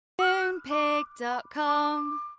Moonpig.com